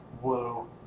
Whoa